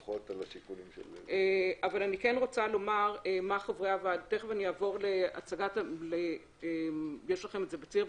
פחות על השיקולים של --- תכף אני אעבור להצגה יש לכם את זה בציר,